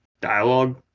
dialogue